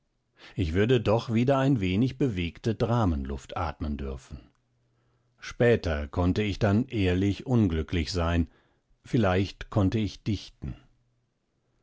ich würde doch wieder ein wenig bewegte dramenluft atmen dürfen später konnte ich dann ehrlich unglücklich sein vielleicht konnte ich dichten